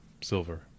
silver